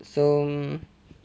so